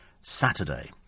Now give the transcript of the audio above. Saturday